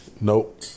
Nope